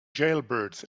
jailbirds